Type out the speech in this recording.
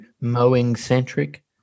mowing-centric